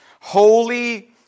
Holy